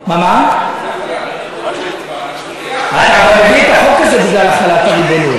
משה, זה החלת הריבונות